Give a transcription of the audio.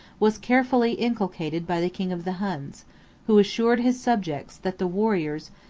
was carefully inculcated by the king of the huns who assured his subjects, that the warriors,